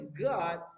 God